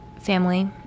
family